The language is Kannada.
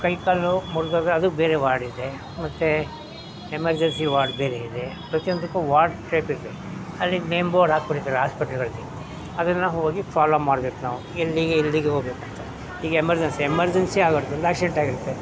ಕೈ ಕಾಲು ಮುರಿದಾಗ ಅದು ಬೇರೆ ವಾರ್ಡಿದೆ ಮತ್ತು ಎಮರ್ಜೆನ್ಸಿ ವಾರ್ಡ್ ಬೇರೆ ಇದೆ ಪ್ರತಿಯೊಂದಕ್ಕೂ ವಾರ್ಡ್ ಟೈಪ್ ಇರುತ್ತೆ ಅದಕ್ಕೆ ನೇಮ್ ಬೋರ್ಡ್ ಹಾಕ್ಬಿಟ್ಟಿರ್ತಾರೆ ಆಸ್ಪತ್ರೆಗಳಲ್ಲಿ ಅದನ್ನು ಹೋಗಿ ಫಾಲೋ ಮಾಡ್ಬೇಕು ನಾವು ಎಲ್ಲಿಗೆ ಎಲ್ಲಿಗೆ ಹೋಗ್ಬೇಕು ಅಂತ ಈಗ ಎಮರ್ಜೆನ್ಸಿ ಎಮರ್ಜೆನ್ಸಿ ಆಗೋ ಆ್ಯಕ್ಸಿಡೆಂಟ್ ಆಗಿರುತ್ತೆ